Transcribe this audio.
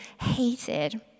hated